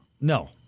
No